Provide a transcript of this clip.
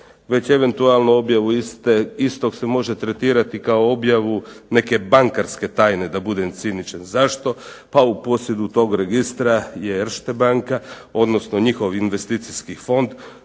već eventualno objave istog se može tretirati kao objavu neke bankarske tajne, da budem ciničan. Zašto? Pa u posjedu tog registra je …/Ne razumije se./… banka, odnosno njihov investicijski fond,